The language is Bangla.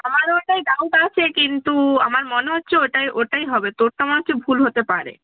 আমারও ওটাই ডাউট আছে কিন্তু আমার মনে হচ্ছে ওটাই ওটাই হবে তোরটা মনে হচ্ছে ভুল হতে পারে